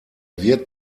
wird